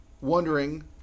wondering